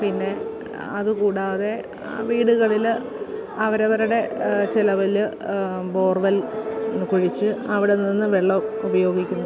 പിന്നെ അതുകൂടാതെ വീടുകളിൽ അവരവരുടെ ചിലവിൽ ബോർ വെൽ കുഴിച്ച് അവിടെ നിന്ന് വെള്ളം ഉപയോഗിക്കുന്നു